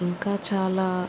ఇంకా చాలా